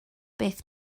beth